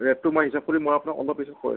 ৰে'টটো মই হিচাপ কৰি মই আপোনাক অলপ পিছত কৈ আ